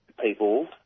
people